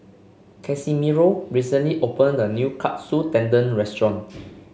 Casimiro recently opened a new Katsu Tendon Restaurant